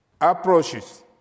approaches